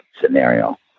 scenario